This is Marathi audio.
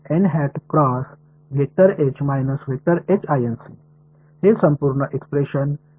तर हे संपूर्ण एक्सप्रेशन येथे तर तेच एक्सप्रेशन खरे आहे